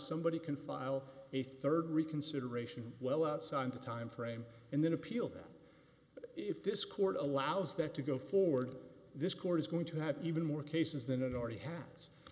somebody can file a rd reconsideration well outside the time frame and then appeal that if this court allows that to go forward this court is going to have even more cases than it already ha